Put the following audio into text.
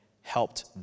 helped